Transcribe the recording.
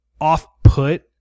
off-put